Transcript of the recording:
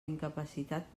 incapacitat